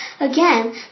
Again